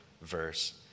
verse